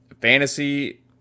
fantasy